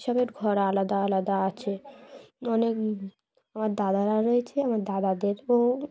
এ সবের ঘর আলাদা আলাদা আছে অনেক আমার দাদারা রয়েছে আমার দাদাদেরও